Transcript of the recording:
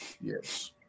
Yes